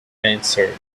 answered